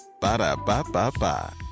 Ba-da-ba-ba-ba